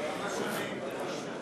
כמה שנים?